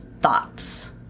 Thoughts